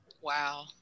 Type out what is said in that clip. Wow